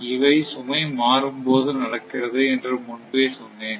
இவை சுமை மாறும்போது நடக்கிறது என்று முன்பே சொன்னேன்